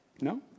no